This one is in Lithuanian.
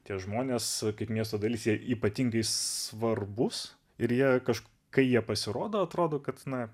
tie žmonės kaip miesto dalis jie ypatingai svarbūs ir jie kaž kai jie pasirodo atrodo kad na